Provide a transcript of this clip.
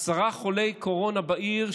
היו עשרה חולי קורונה בעיר,